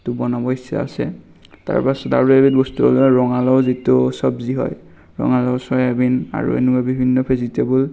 সেইটো বনাব ইচ্ছা আছে তাৰ পাছত অৰু এবিধ বস্তু হ'ল ৰঙালাও যিটো চবজি হয় ৰঙালাও চয়াবিন আৰু এনেকুৱা বিভিন্ন ভেজিটেবুল